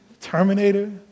Terminator